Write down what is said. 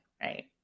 Right